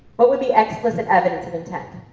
what would be explicit evidence of intent?